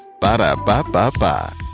Ba-da-ba-ba-ba